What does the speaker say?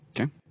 Okay